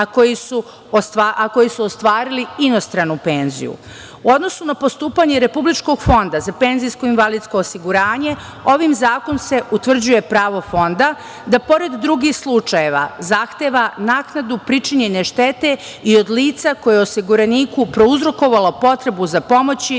a koji su ostvarili inostranu penziju.U odnosu na postupanje Republičkog fonda za PIO, ovim zakonom se utvrđuje pravo Fonda da pored drugih slučajeva zahteva naknadu pričinjene štete i od lica koje je osiguraniku prouzrokovalo potrebu za pomoći